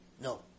No